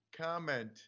comment